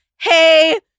Hey